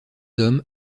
hommes